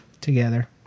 together